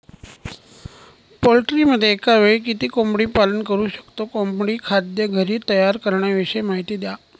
पोल्ट्रीमध्ये एकावेळी किती कोंबडी पालन करु शकतो? कोंबडी खाद्य घरी तयार करण्याविषयी माहिती द्या